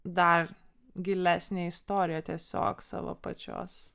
dar gilesnę istoriją tiesiog savo pačios